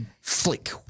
Flick